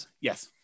Yes